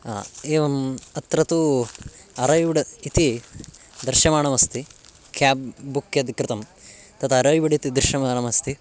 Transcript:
आ एवम् अत्र तु अरैव्ड् इति दृश्यमानमस्ति केब् बुक् यद् कृतं तत् अरैव्ड् इति दृश्यमानमस्ति